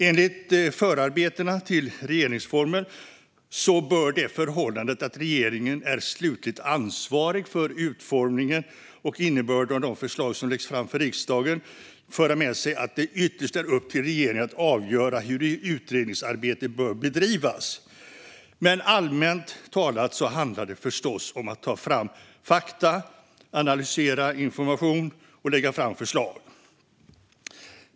Enligt förarbetena till regeringsformen bör det förhållandet att regeringen är slutligt ansvarig för utformningen och innebörden av de förslag som läggs fram i riksdagen föra med sig att det ytterst är upp till regeringen att avgöra hur utredningsarbetet bör bedrivas. Det handlar förstås om att ta fram fakta, analysera information och lägga fram förslag.